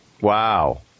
Wow